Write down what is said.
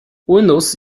windows